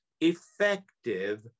effective